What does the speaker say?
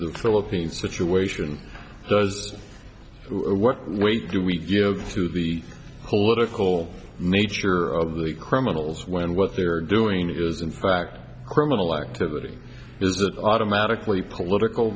the philippine situation does work wait do we give to the political nature of the criminals when what they are doing is in fact criminal activity is that automatically political